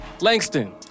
Langston